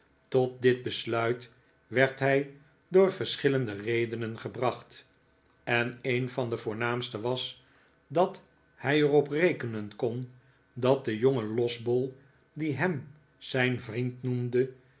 tot dit besluit werd hij door verschillende redenen gebracht en een van de voornaamste was dat hij er op rekenen kon dat de jonge losbol die hem zijn vriend noemde